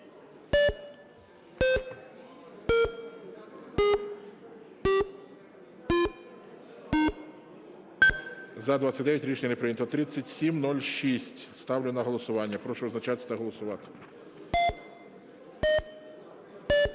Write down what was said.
За-29 Рішення не прийнято. 3706. Ставлю на голосування. Прошу визначатися та голосувати. 22:26:28